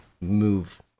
move